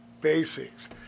basics